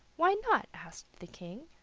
why not? asked the king.